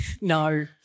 No